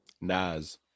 Naz